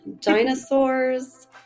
dinosaurs